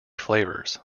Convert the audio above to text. flavors